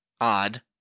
odd